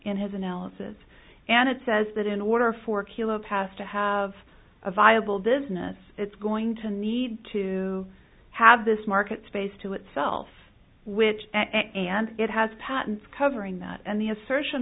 in his analysis and it says that in order for kilo pass to have a viable business it's going to need to have this market space to itself which and it has patents covering that and the assertion